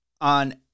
on